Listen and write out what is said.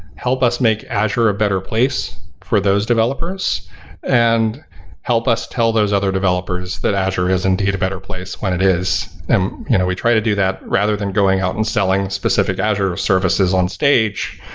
help us make azure a better place for those developers and help us tell those other developers that azure is indeed a better place, when it is, and you know we try to do that rather than going out and selling specific azure services on stage.